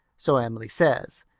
so emily says.